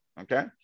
okay